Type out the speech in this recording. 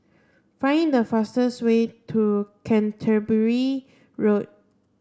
find the fastest way to Canterbury Road